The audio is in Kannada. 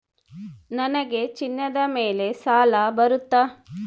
ನನಗೆ ಚಿನ್ನದ ಮೇಲೆ ಸಾಲ ಬರುತ್ತಾ?